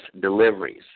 deliveries